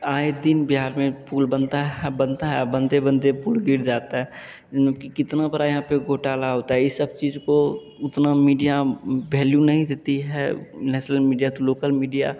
आए दिन बिहार में पुल बनता है अब बनता है और बनते बनते पुल गिर जाता है ना कि कितना बड़ा यहाँ पर घोटाला होता है इस सब चीज़ को उतना मीडिया भैल्यू नहीं देती है नेसनल मीडिया तो लोकल मीडिया